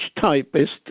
typist